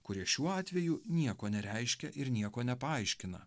kurie šiuo atveju nieko nereiškia ir nieko nepaaiškina